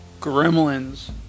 gremlins